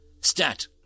Stat